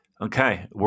okay